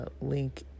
link